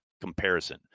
comparison